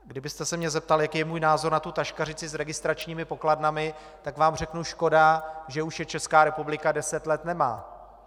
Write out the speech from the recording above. Kdybyste se mě zeptal, jaký je můj názor na tu taškařici s registračními pokladnami, tak vám řeknu škoda, že už je Česká republika deset let nemá.